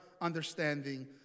understanding